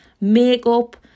makeup